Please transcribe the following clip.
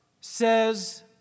says